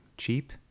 cheap